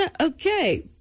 okay